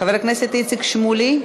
חבר הכנסת איציק שמולי,